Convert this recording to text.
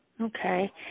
Okay